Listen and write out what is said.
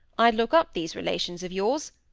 i'd look up these relations of yours.